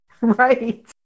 Right